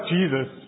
Jesus